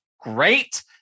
great